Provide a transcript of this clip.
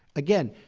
again,